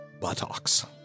buttocks